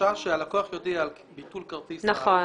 החשש הוא שהלקוח יודיע על ביטול כרטיס החיוב,